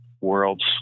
Worlds